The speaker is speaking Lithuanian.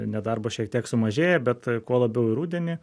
nedarbo šiek tiek sumažėja bet kuo labiau į rudenį